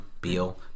Beal